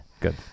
Good